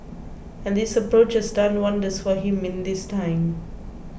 and this approaches done wonders for him in this time